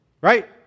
Right